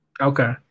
Okay